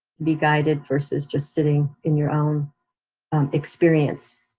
be guided versus just sitting in your own experience.